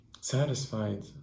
satisfied